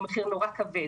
זה הוא מחיר נורא כבד